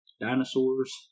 dinosaurs